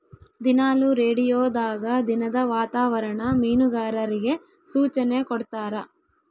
ದಿನಾಲು ರೇಡಿಯೋದಾಗ ದಿನದ ವಾತಾವರಣ ಮೀನುಗಾರರಿಗೆ ಸೂಚನೆ ಕೊಡ್ತಾರ